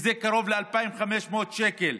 שזה קרוב ל-2,500 שקל,